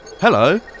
Hello